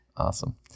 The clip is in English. Awesome